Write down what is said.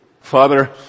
Father